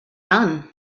done